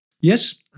Yes